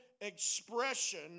expression